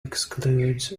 excludes